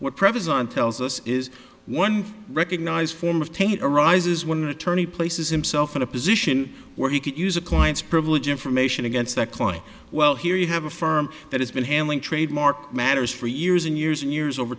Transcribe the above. what pressures on tells us is one recognized form of taint arises when an attorney places himself in a position where he could use a client's privilege information against that client well here you have a firm that has been handling trademark matters for years and years and years over